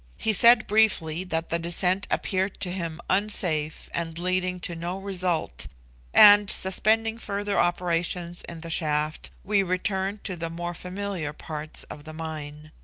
he said briefly that the descent appeared to him unsafe, and leading to no result and, suspending further operations in the shaft, we returned to the more familiar parts of the mine.